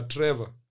Trevor